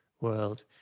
world